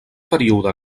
període